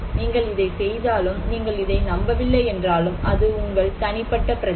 நீங்கள் இதைச் செய்தாலும் நீங்கள் இதை நம்பவில்லை என்றாலும் அது உங்கள் தனிப்பட்ட பிரச்சனை